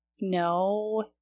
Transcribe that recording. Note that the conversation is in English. No